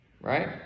Right